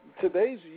today's